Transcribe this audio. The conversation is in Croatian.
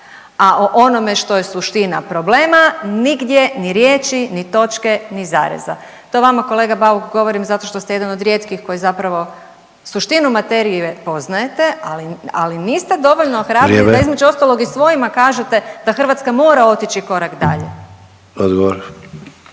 A o onome što je suština problema nigdje ni riječi, ni točke, ni zareza. To vama kolega Bauk govorim zato što ste jedan od rijetkim koji zapravo suštinu materije poznajete, ali niste dovoljno hrabri da …/Upadica: Vrijeme./… između ostaloga i svojima kažete da Hrvatska mora otići korak dalje. **Sanader,